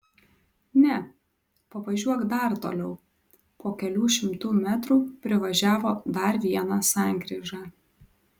ne pavažiuok dar toliau po kelių šimtų metrų privažiavo dar vieną sankryžą